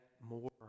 more